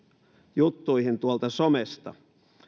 juttuihin tuolla somessa